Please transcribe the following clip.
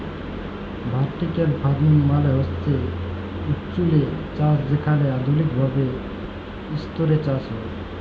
vertical farming মালে হছে উঁচুল্লে চাষ যেখালে আধুলিক ভাবে ইসতরে চাষ হ্যয়